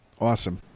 awesome